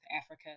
Africa